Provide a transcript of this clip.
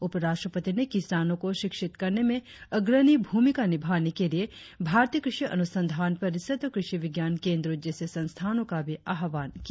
उप राष्ट्रपति ने किसानों को शिक्षित करने में अग्रणी भूमिका निभाने के लिये भारतीय कृषि अनुसंधान परिषद और कृषि विज्ञान केंद्रों जैसे संस्थानों का भी आह्वान किया